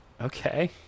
Okay